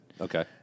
Okay